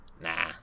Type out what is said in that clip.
Nah